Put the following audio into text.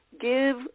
give